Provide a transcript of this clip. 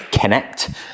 connect